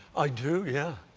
i do, yeah.